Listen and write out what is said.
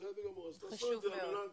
בסדר גמור אז תעשו את זה על מנת